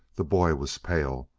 the boy was pale,